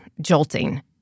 jolting